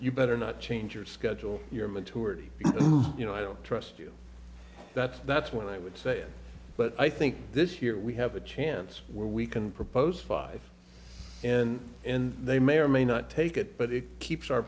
you better not change your schedule your maturity you know i don't trust you that's that's when i would say it but i think this year we have a chance where we can propose five and and they may or may not take it but it keeps our